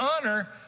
honor